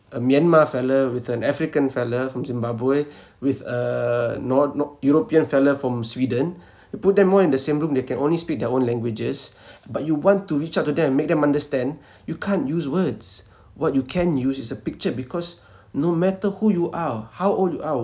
a myanmar fella with an african fella from zimbabwe with uh north north european fella from sweden you put them all in the same room they can only speak their own languages but you want to reach out to them and make them understand you can't use words what you can use is a picture because no matter who you are how old you are